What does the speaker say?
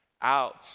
out